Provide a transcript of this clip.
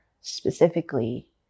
specifically